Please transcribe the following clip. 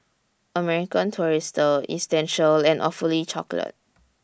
American Tourister Essential and Awfully Chocolate